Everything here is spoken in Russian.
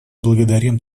благодарим